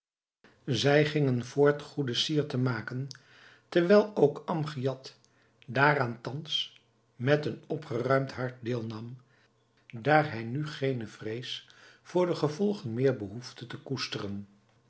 zij gingen voort goede sier te maken terwijl ook amgiad daaraan thans met een opgeruimd hart deelnam daar hij nu geene vrees voor de gevolgen meer behoefde te koesteren